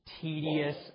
tedious